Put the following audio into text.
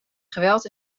geweld